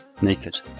Naked